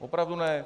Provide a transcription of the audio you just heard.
Opravdu ne.